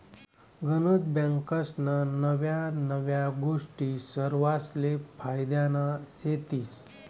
गनज बँकास्ना नव्या नव्या गोष्टी सरवासले फायद्यान्या शेतीस